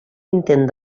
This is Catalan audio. intent